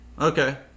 Okay